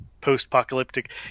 post-apocalyptic